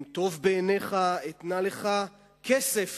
אם טוב בעיניך, אתנה לך כסף